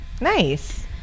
Nice